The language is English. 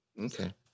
Okay